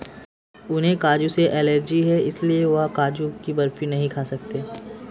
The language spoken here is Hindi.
उन्हें काजू से एलर्जी है इसलिए वह काजू की बर्फी नहीं खा सकते